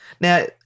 Now